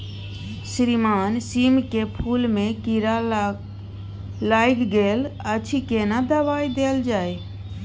श्रीमान सीम के फूल में कीरा लाईग गेल अछि केना दवाई देल जाय?